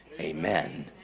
amen